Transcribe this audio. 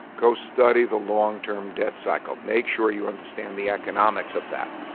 go study the long-term debt cycle make sure you understand the economics of that.